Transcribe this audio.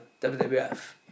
WWF